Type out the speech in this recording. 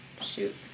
shoot